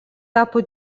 tapo